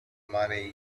money